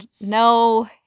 No